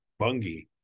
bungie